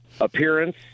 appearance